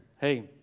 hey